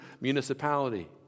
municipality